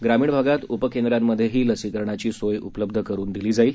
ग्रामीण भागात उपकेंद्रांमधेही लसीकरणाची सोय उपलब्ध करुन दिली जाईल